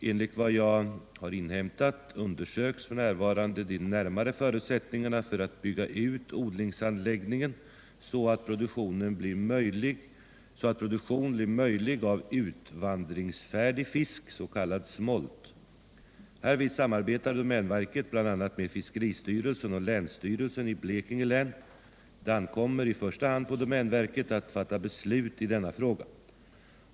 Enligt vad jag har inhämtat undersöks f. n. de närmare förutsättningarna för att bygga ut odlingsanläggningen så att produktion blir möjlig av utvandringsfärdig fisk, s.k. smolt. Härvid samarbetar domänverket bl.a. med fiskeristyrelsen och länsstyrelsen i Blekinge län. Det ankommer i första hand på domänverket att fatta beslut i denna fråga.